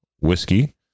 Whiskey